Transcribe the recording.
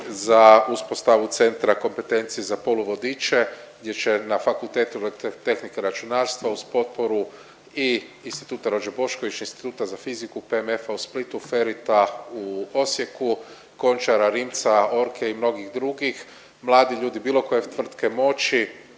za uspostavu Centra kompetencije za poluvodiće gdje će na Fakultetu elektrotehnike i računarstva uz potporu i Instituta Ruđer Bošković i Instituta za fiziku, PMF-a u Splitu, FER-a u Osijeku, Končara, Rimca, Orke i mnogih drugih, mladi ljudi bilo koje tvrtke moći